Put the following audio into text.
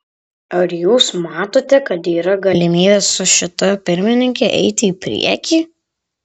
ar jūs matote kad yra galimybė su šita pirmininke eiti į priekį